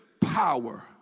power